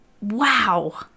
Wow